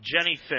Jenny